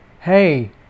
hey